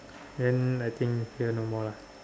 then I think here no more lah